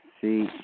see